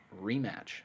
rematch